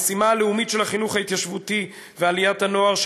המשימה הלאומית של החינוך ההתיישבותי ועליית הנוער,